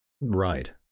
Right